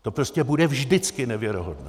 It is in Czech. To prostě bude vždycky nevěrohodné.